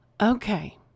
Okay